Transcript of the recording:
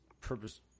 purpose